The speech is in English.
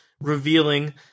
revealing